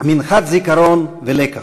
מנחת זיכרון ולקח.